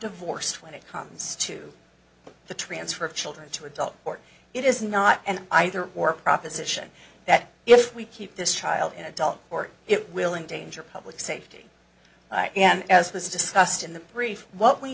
divorced when it comes to the transfer of children to adult court it is not an either or proposition that if we keep this child an adult or it will in danger public safety as was discussed in the brief what we